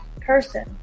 person